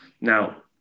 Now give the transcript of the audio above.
now